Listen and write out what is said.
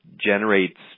generates